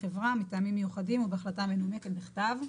החברה מטעמים מיוחדים ובהחלטה מנומקת בכתב.